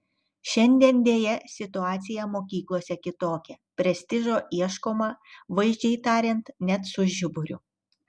šiandien deja situacija mokyklose kitokia prestižo ieškoma vaizdžiai tariant net su žiburiu